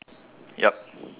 yup